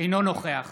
נוכח